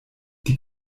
die